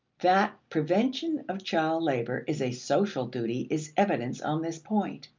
that prevention of child labor is a social duty is evidence on this point.